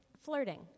flirting